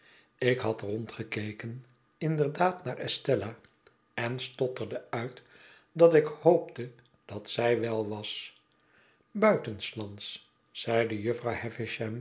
ik had rondgekeken inderdaad naar estella en stotterde uit dat ik hoopte dat zij wel was buitenslands zeide jufvrouw